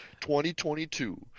2022